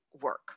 work